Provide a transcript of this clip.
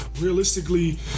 Realistically